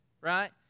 right